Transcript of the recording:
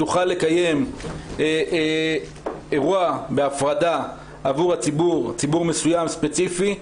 תוכל לקיים אירוע בהפרדה עבור ציבור מסוים ספציפי,